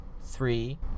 three